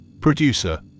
Producer